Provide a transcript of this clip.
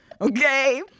okay